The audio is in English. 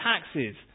taxes